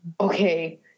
Okay